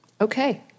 Okay